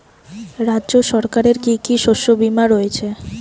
রাজ্য সরকারের কি কি শস্য বিমা রয়েছে?